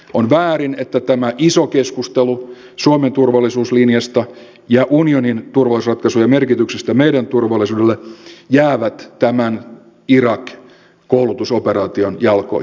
on väärin että tämä iso keskustelu suomen turvallisuuslinjasta ja unionin turvallisuusratkaisujen merkityksestä meidän turvallisuudelle jää tämän irak koulutusoperaation jalkoihin